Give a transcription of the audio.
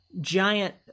giant